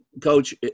coach